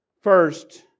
first